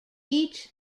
each